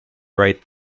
right